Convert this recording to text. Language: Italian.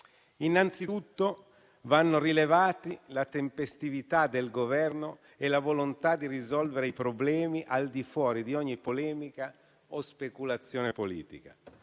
Innanzitutto vanno rilevati la tempestività del Governo e la volontà di risolvere i problemi al di fuori di ogni polemica o speculazione politica.